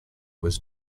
was